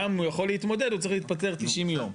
גם הוא יכול להתמודד, הוא צריך להתפטר 90 יום.